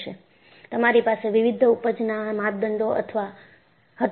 ઊપજ માપદંડ તમારી પાસે વિવિધ ઊપજના માપદંડો હતા